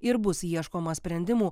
ir bus ieškoma sprendimų